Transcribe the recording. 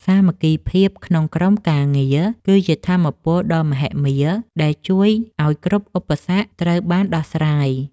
សាមគ្គីភាពក្នុងក្រុមការងារគឺជាថាមពលដ៏មហិមាដែលជួយឱ្យគ្រប់ឧបសគ្គត្រូវបានដោះស្រាយ។